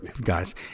guys